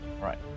Right